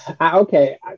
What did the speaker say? okay